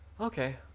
Okay